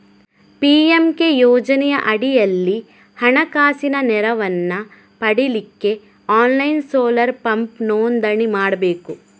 PMK ಯೋಜನೆಯ ಅಡಿಯಲ್ಲಿ ಹಣಕಾಸಿನ ನೆರವನ್ನ ಪಡೀಲಿಕ್ಕೆ ಆನ್ಲೈನ್ ಸೋಲಾರ್ ಪಂಪ್ ನೋಂದಣಿ ಮಾಡ್ಬೇಕು